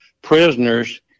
prisoners